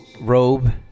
robe